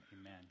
amen